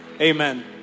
Amen